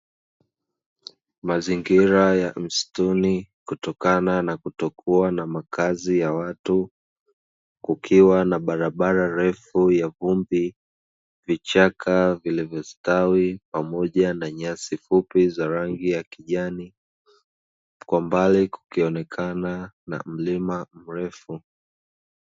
Mazingira ya msituni kutokana na kutokuwa na makazi ya watu, kukiwa na barabara ndefu ya vumbi, vichaka vilivyostawi pamoja na nyasi fupi za rangi ya kijani. Kwa mbali kukionekana na mlima mrefu.